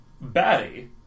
Batty